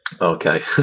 Okay